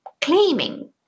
claiming